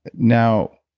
now,